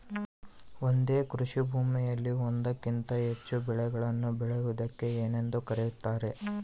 ಒಂದೇ ಕೃಷಿಭೂಮಿಯಲ್ಲಿ ಒಂದಕ್ಕಿಂತ ಹೆಚ್ಚು ಬೆಳೆಗಳನ್ನು ಬೆಳೆಯುವುದಕ್ಕೆ ಏನೆಂದು ಕರೆಯುತ್ತಾರೆ?